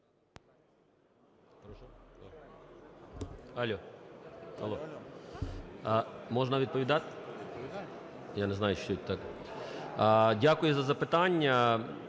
Дякую за запитання.